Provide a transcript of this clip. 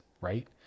right